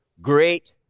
great